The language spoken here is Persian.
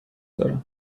دارم